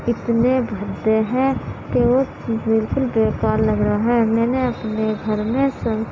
اتنے بھدے ہیں کہ وہ بالکل بےکار لگ رہا ہے میں نے اپنے گھر میں